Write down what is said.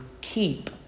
keep